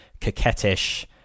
coquettish